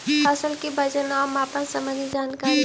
फसल के वजन और मापन संबंधी जनकारी?